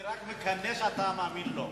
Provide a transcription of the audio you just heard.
אני רק מקנא שאתה מאמין לו.